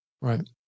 Right